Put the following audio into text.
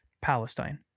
Palestine